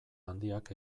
handiak